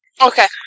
Okay